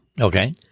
Okay